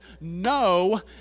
no